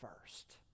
first